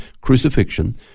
crucifixion